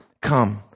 come